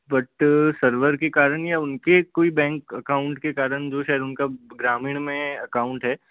but server के कारण या उनके कोई बैंक अकाउंट के कारण जो शायद उनका ग्रामीण में अकाउंट है